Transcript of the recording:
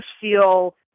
feel